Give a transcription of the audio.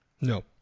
No